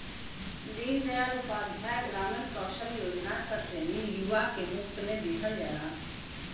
दीन दयाल उपाध्याय ग्रामीण कौशल योजना क ट्रेनिंग युवा के मुफ्त में दिहल जाला